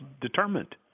determined